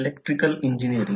तर हे mutual inductance आहे